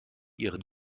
ihren